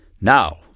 Now